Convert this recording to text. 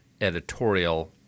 editorial